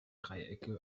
dreiecke